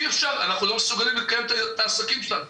אי אפשר, אנחנו לא מסוגלים לקיים את העסקים שלנו.